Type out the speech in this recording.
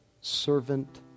servant